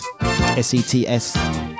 S-E-T-S